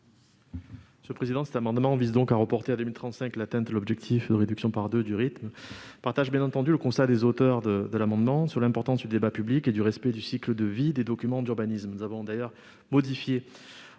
économiques ? Cet amendement vise à reporter à 2035 l'atteinte de l'objectif de réduction par deux du rythme. Je partage, bien entendu, le constat des auteurs de l'amendement sur l'importance du débat public et du respect du cycle de vie des documents d'urbanisme. Nous avons d'ailleurs modifié